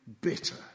bitter